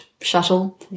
shuttle